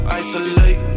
isolate